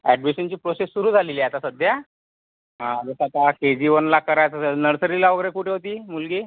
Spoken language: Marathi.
ॲडमिशनची प्रोसेस सुरु झालेली आहे आता सध्या हां जसं आता के जी वनला करायचं झालं नर्सरीला वगैरे कुठं होती मुलगी